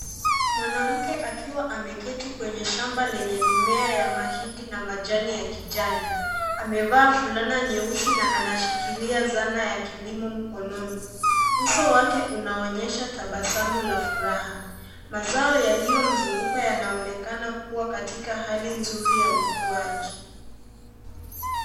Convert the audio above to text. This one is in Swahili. Mwanamke akiwa ameketi kwenye shamba lenye mimea ya mahindi na majani ya kijani amevaa fulana nyeusi na anashikilia zana ya kilimo mkononi. Uso wake unaonyesha tabasamu la furaha. Mazao yaliyomzunguka yanaonekana kuwa katika hali nzuri ya ukuaji.